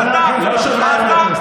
חבר הכנסת אמסלם,